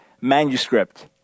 manuscript